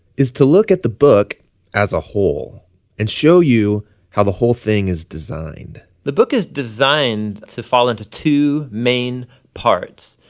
is to look at the book as a whole and show you how the whole thing is designed. tim the book is designed to fall into two main parts.